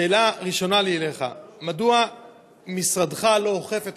שאלה ראשונה לי אליך: מדוע משרדך לא אוכף את